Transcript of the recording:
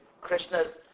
Krishna's